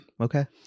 Okay